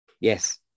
Yes